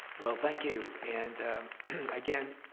well thank you and again,